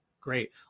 great